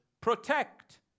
Protect